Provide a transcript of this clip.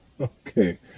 Okay